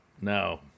No